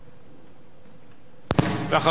ואחריו, חבר הכנסת אגבאריה.